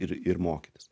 ir ir mokytis